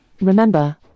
Remember